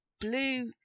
Blue